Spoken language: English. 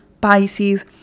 Pisces